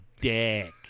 dick